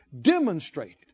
demonstrated